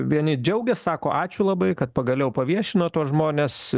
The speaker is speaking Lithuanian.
vieni džiaugias sako ačiū labai kad pagaliau paviešino tuos žmones